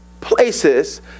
places